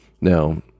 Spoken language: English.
Now